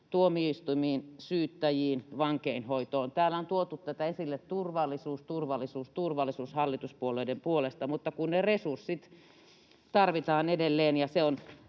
tuomioistuimille, syyttäjille, vankeinhoitoon. Täällä on tuotu tätä esille hallituspuolueiden puolelta: turvallisuus, turvallisuus, turvallisuus — mutta kun ne resurssit tarvitaan edelleen. Ja se on